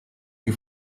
più